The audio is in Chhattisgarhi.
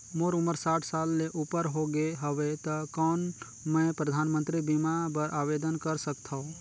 मोर उमर साठ साल ले उपर हो गे हवय त कौन मैं परधानमंतरी बीमा बर आवेदन कर सकथव?